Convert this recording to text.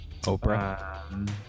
Oprah